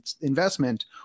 investment